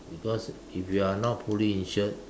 because if you are not fully insured